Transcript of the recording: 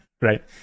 right